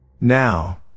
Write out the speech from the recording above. Now